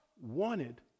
wanted